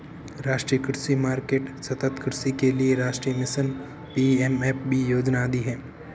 राष्ट्रीय कृषि मार्केट, सतत् कृषि के लिए राष्ट्रीय मिशन, पी.एम.एफ.बी योजना आदि है